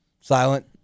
silent